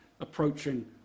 approaching